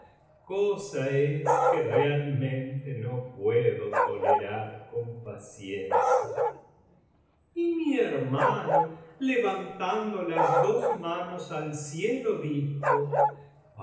cosa es que realmente no puedo tolerar con paciencia y mi hermano levantando las dos manos al cielo dijo alali